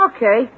Okay